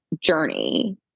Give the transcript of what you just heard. journey